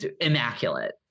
immaculate